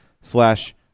slash